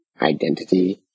identity